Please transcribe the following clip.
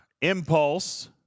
impulse